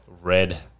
red